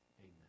Amen